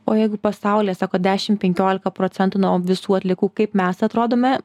o jeigu pasaulyje sakot dešim penkiolika procentų nuo visų atliekų kaip mes atrodome